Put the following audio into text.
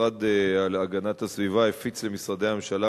המשרד להגנת הסביבה הפיץ למשרדי הממשלה